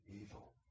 evil